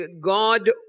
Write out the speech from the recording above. God